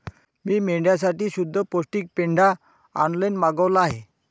मी मेंढ्यांसाठी शुद्ध पौष्टिक पेंढा ऑनलाईन मागवला आहे